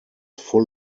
full